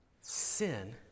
sin